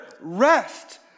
rest